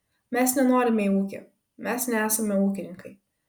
mes nenorime į ūkį mes nesame ūkininkai